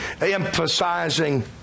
emphasizing